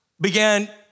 began